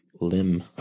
limb